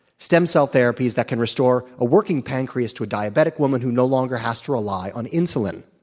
stem cell therapies that can restore a working pancreas to a diabetic woman who no longer has to rely on insulin.